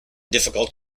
difficult